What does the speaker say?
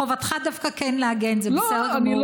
חובתך דווקא גם להגן, זה בסדר גמור.